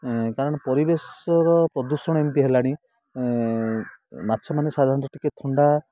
କାରଣ ପରିବେଶର ପ୍ରଦୂଷଣ ଏମିତି ହେଲାଣି ମାଛମାନେ ସାଧାରଣତଃ ଟିକେ ଥଣ୍ଡା